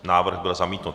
Návrh byl zamítnut.